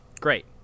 Great